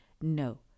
no